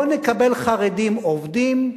לא נקבל חרדים עובדים,